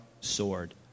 sword